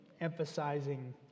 emphasizing